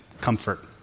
comfort